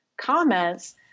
comments